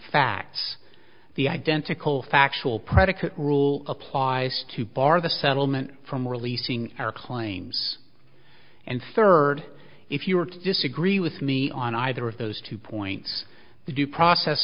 facts the identical factual predicate rule applies to bar the settlement from releasing our claims and third if you are to disagree with me on either of those two points the due process